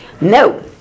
No